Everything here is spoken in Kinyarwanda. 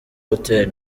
hotel